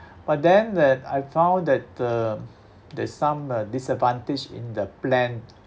by then that I found that uh there's some uh disadvantage in the plan